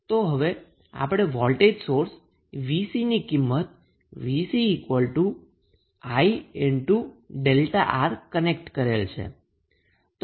તો હવે આપણે વોલ્ટેજ સોર્સ 𝑉𝑐 ની કિંમત 𝑉𝑐𝐼𝛥𝑅 ક્નેક્ટ કરેલ છે